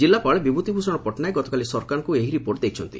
ଜିଲ୍ଲାପାଳ ବିଭ୍ରତି ଭ୍ଷଣ ପଟ୍ଟନାୟକ ଗତକାଲି ସରକାରଙ୍କୁ ଏହି ରିପୋର୍ଟ ଦେଇଛନ୍ତି